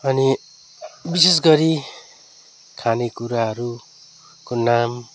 अनि विशेषगरी खानेकुराहरूको नाम